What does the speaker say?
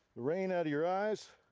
rain out of your eves,